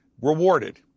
rewarded